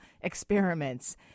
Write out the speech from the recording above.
experiments